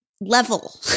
level